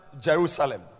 Jerusalem